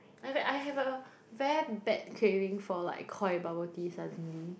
I have I have a very bad craving for like Koi bubble tea suddenly